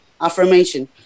affirmation